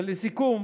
ולסיכום,